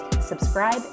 subscribe